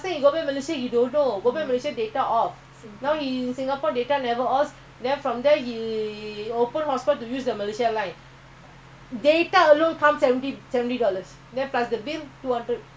two hundred everything are costly so you must start current situation don't talk about your car that one not important okay that one is not important